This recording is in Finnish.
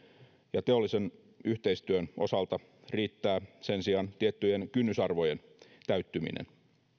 ja teollisen yhteistyön osalta riittää sen sijaan tiettyjen kynnysarvojen täyttyminen